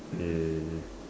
eh